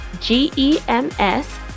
G-E-M-S